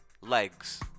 legs